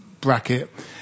bracket